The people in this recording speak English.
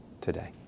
today